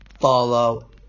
follow